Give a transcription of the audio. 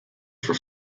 for